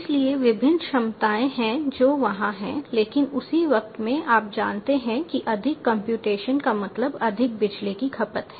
इसलिए विभिन्न क्षमताएं हैं जो वहां हैं लेकिन उसी वक्त में आप जानते हैं कि अधिक कंप्यूटेशन का मतलब अधिक बिजली की खपत है